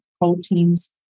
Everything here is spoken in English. proteins